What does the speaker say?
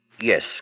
Yes